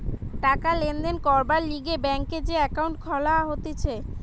টাকা লেনদেন করবার লিগে ব্যাংকে যে একাউন্ট খুলা হতিছে